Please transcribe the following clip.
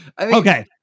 Okay